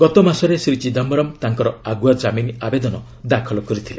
ଗତ ମାସରେ ଶ୍ରୀ ଚିଦାୟରମ୍ ତାଙ୍କର ଆଗୁଆ ଜାମିନ୍ ଆବେଦନ ଦାଖଲ କରିଥିଲେ